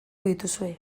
dituzue